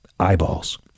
eyeballs